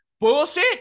bullshit